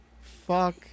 Fuck